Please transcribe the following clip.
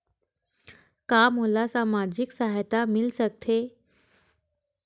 का मोला सामाजिक सहायता मिल सकथे?